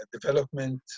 development